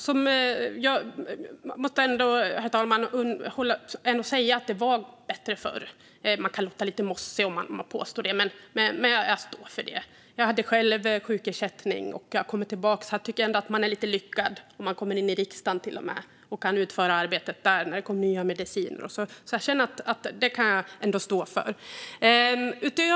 Herr talman! Jag måste ändå säga att det var bättre förr. Jag kan låta lite mossig när jag påstår det, men jag står för det. Jag har själv haft sjukersättning, och jag har kommit tillbaka. Jag tycker ändå att man är lite lyckad om man har kommit in i riksdagen och kan utföra arbetet där. Det har ju kommit nya mediciner. Det kan jag ändå stå för.